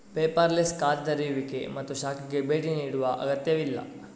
paperless ಖಾತೆ ತೆರೆಯುವಿಕೆ ಮತ್ತು ಶಾಖೆಗೆ ಭೇಟಿ ನೀಡುವ ಅಗತ್ಯವಿಲ್ಲ